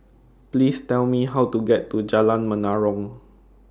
Please Tell Me How to get to Jalan Menarong